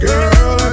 Girl